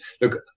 look